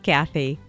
Kathy